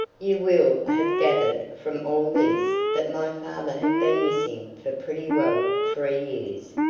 you will have gathered from all this that my father had been missing for pretty well three years,